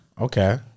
Okay